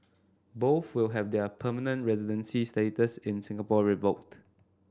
both will have their permanent residency status in Singapore revoked